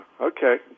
Okay